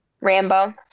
Rambo